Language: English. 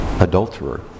adulterer